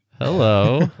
Hello